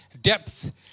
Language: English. depth